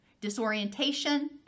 disorientation